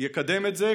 יקדם את זה,